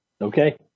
Okay